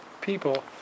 people